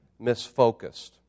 misfocused